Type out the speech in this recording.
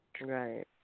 Right